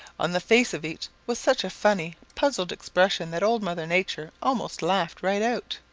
on the face of each was such a funny, puzzled expression that old mother nature almost laughed right out.